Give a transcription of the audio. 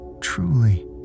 truly